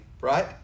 right